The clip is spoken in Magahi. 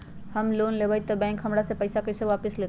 हम लोन लेलेबाई तब बैंक हमरा से पैसा कइसे वापिस लेतई?